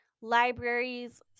libraries